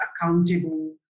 accountable